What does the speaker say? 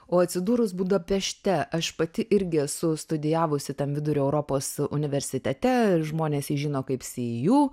o atsidūrus budapešte aš pati irgi esu studijavusi tam vidurio europos universitete žmonės jį žino kaip see you